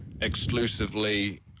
exclusively